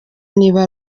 niba